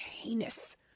heinous